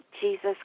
Jesus